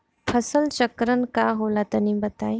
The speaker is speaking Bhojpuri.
फसल चक्रण का होला तनि बताई?